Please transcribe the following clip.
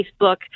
Facebook